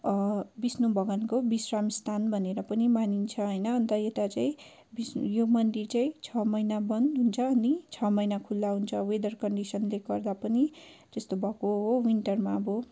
विष्णु भगवानको विश्राम स्थान भनेर पनि मानिन्छ होइन अन्त यता चाहिँ यो मन्दिर चाहिँ छ महिना बन्द हुन्छ अनि छ महिना खुल्ला हुन्छ वेदर कन्डिसनले गर्दा पनि त्यस्तो भएको हो विन्टरमा अब